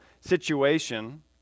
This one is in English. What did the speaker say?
situation